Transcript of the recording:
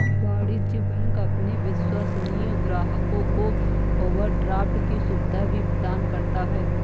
वाणिज्य बैंक अपने विश्वसनीय ग्राहकों को ओवरड्राफ्ट की सुविधा भी प्रदान करता है